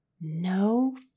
No